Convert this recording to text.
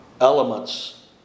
elements